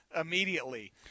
immediately